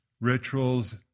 rituals